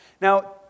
Now